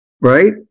right